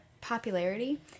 popularity